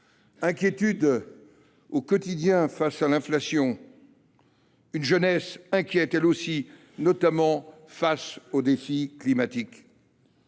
inquiétude quotidienne face à l’inflation. La jeunesse est inquiète elle aussi, notamment face au défi climatique.